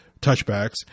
touchbacks